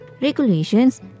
regulations